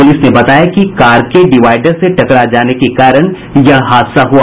police ने बताया कि कार के डिवाइडर से टकरा जाने के कारण यह हादसा हुआ